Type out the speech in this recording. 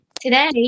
Today